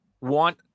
want